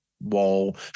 wall